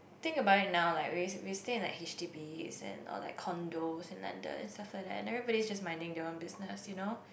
think about it now like we we stay in like H_D_Bs and all like condos and landed and stuff like that and everybody just minding their own business you know